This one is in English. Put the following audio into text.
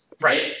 right